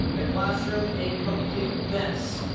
the classroom a complete mess.